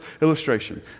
illustration